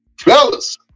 fellas